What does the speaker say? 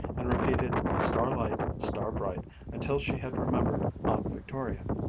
and repeated star-light, star-bright until she had remembered aunt victoria.